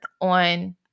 on